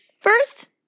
first